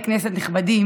חברי כנסת נכבדים,